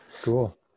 cool